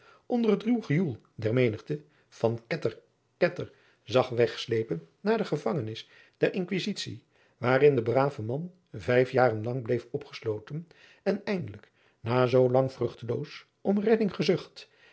onder het ruw gejoel der menigte van ketter ketter zag wegslepen naar de gevangenis der inquisitie waarin de brave man vijf jaren lang bleef opgesloten en eindelijk na zoolang vruchteloos om redding gezucht